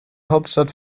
hauptstadt